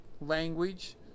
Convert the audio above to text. language